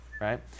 right